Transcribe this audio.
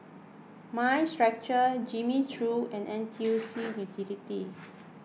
Mind Stretcher Jimmy Choo and N T U C Utility